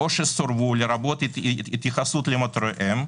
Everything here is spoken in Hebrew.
או שסורבו לרבות התייחסות למטרותיהן,